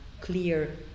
clear